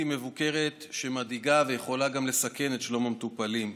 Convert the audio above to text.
מבוקרת שמדאיגה ויכולה גם לסכן את שלום המטופלים.